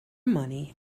money